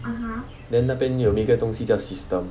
then 那边有一个东西叫 system